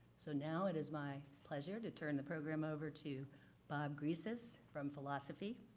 so now it is my pleasure to turn the program over to bob gressis from philosophy,